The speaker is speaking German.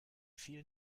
vielen